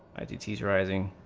at the t driving